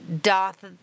Doth